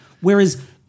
Whereas